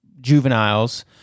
juveniles